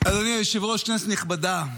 אדוני היושב-ראש, כנסת נכבדה,